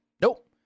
Nope